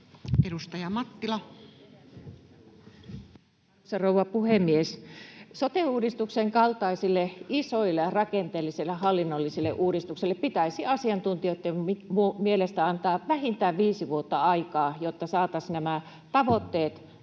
rouva puhemies! Sote-uudistuksen kaltaisille isoille, rakenteellisille hallinnollisille uudistuksille pitäisi asiantuntijoitten mielestä antaa vähintään viisi vuotta aikaa, jotta saataisiin nämä tavoitteet